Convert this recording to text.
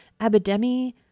Abidemi